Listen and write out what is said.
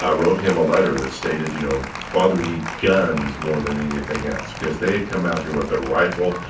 ah wrote him a letter that stated, you know father, we need guns more than anything else. cause they had come out here with a rifle,